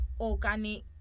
organic